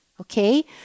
okay